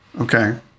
Okay